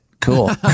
Cool